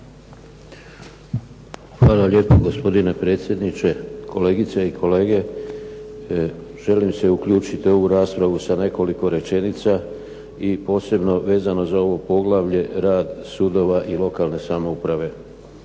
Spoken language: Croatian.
Hvala lijepo gospodine predsjedniče. Kolegice i kolege. Želim se uključiti u ovu raspravu sa nekoliko rečenica i posebno vezano za ovo poglavlje rad sudova i lokalne samouprave.